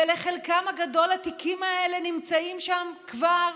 ולחלקם הגדול התיקים האלה נמצאים שם כבר